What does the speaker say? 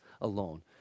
alone